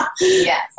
yes